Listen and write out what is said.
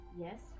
Yes